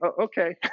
Okay